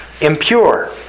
impure